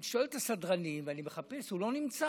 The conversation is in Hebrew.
אני שואל את הסדרנים ואני מחפש: הוא לא נמצא.